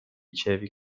chevy